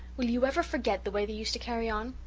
will you ever forget the way they used to carry on?